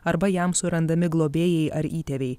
arba jam surandami globėjai ar įtėviai